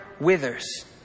withers